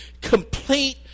complete